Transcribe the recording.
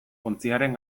ontziaren